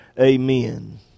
Amen